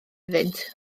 iddynt